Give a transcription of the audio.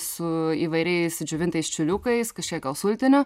su įvairiais džiovintais čiliukais kažkiek gal sultinio